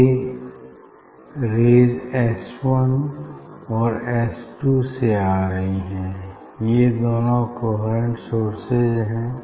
ये rays S one और S two से आ रही हैं ये दोनों कोहेरेंट सोर्सेज हैं